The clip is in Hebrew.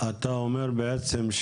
אתה אומר בעצם,